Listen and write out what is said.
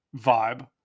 vibe